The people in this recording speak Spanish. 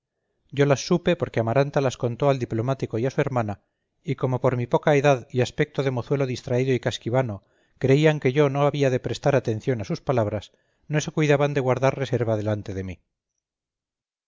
yo las supe porque amaranta las contó al diplomático y a su hermana y como por mi poca edad y aspecto de mozuelo distraído y casquivano creían que yo no había de prestar atención a sus palabras no se cuidaban de guardar reserva delante de mí